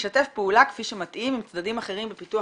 וישתף פעולה כפי שמתאים עם צדדים אחרים בפיתוח